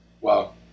Wow